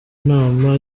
inama